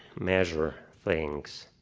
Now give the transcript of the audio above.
measure things.